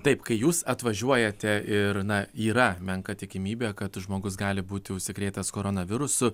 taip kai jūs atvažiuojate ir na yra menka tikimybė kad žmogus gali būti užsikrėtęs koronavirusu